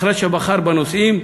אחרי שבחר בנושאים,